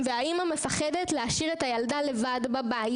והאימא מפחדת להשאיר את הילדה שלה לבד בבית.